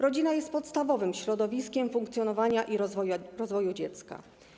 Rodzina jest podstawowym środowiskiem funkcjonowania i rozwoju dziecka.